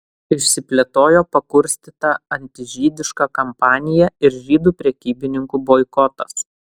išsiplėtojo pakurstyta antižydiška kampanija ir žydų prekybininkų boikotas